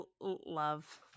love